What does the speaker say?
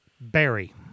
Barry